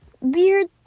weird